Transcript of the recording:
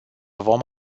vom